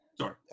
sorry